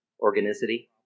organicity